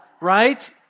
right